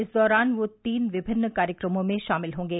इस दौरान वे तीन विभिन्न कार्यक्रमों में शामिल होंगे